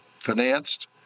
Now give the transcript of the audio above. financed